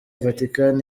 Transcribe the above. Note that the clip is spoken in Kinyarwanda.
vatican